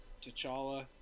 T'Challa